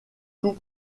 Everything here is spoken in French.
tout